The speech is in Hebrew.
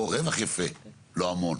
או רווח יפה, לא המון,